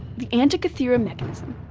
the antikythera mechanism.